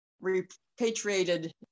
repatriated